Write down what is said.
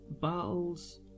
battles